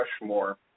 Rushmore